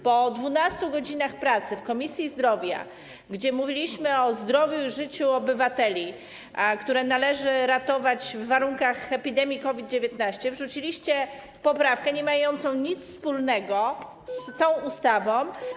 Po 12 godzinach pracy w Komisji Zdrowia, gdzie mówiliśmy o zdrowiu i życiu obywateli, które należy ratować w warunkach epidemii COVID-19, wrzuciliście poprawkę nie mającą nic wspólnego z ta ustawą.